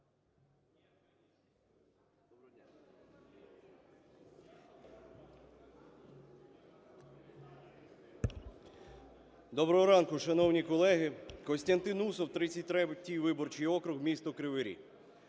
Доброго ранку, шановні колеги. Костянтин Усов, 33 виборчий округ, місто Кривий